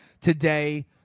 today